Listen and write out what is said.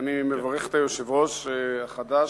אני מברך את היושב-ראש החדש,